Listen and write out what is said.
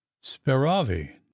speravi